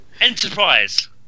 Enterprise